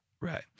Right